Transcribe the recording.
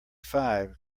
five